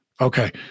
Okay